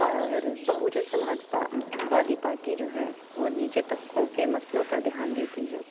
اور Bahujan Samajwadi party جو ہے وہ نیچے طبقوں کے مسئلوں پر دھیان دیتی ہے